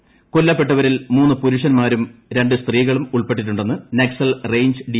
കെള്ലപ്പെട്ടവരിൽ മൂന്നു പുരുഷന്മാരും രണ്ടു സ്ത്രീകളും ഉൾപ്പെട്ടിട്ടുക്ണ്ട്ന്ന് നക്സൽ റെയ്ഞ്ച് ഡി